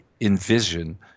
envision